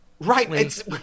Right